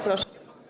Proszę.